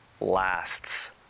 lasts